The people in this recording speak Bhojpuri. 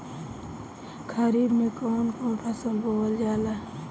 खरीफ में कौन कौन फसल आवेला?